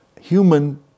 human